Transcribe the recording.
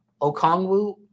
Okongwu